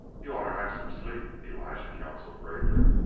you oughter have some sleep, elijah counselled gravely.